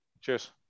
Cheers